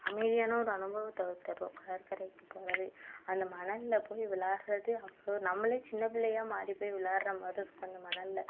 அமைதியான ஒரு அனுபவத்தை தரும் கடற்கரைக்கு போகிறது அந்த மணலில் போயி விளாடுறது அவ்வளோ நம்மளே சின்ன பிள்ளையா மாறி போயி விளாடுற மாதிரி இருக்கும் அந்த மணலில்